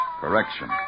Correction